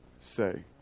say